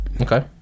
Okay